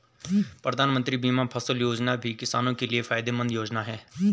प्रधानमंत्री बीमा फसल योजना भी किसानो के लिये फायदेमंद योजना है